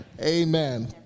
Amen